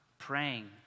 praying